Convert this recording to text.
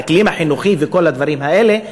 האקלים החינוכי וכל הדברים האלה,